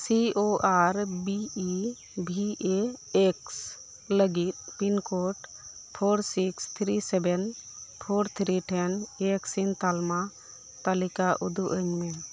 C O R B E V A X ᱞᱟᱹᱜᱤᱫ pin code four six three seven four three then vaccine ᱛᱟᱞᱢᱟ ᱛᱟᱞᱤᱠᱟ ᱩᱫᱩᱜ ᱟᱹᱧᱢᱮ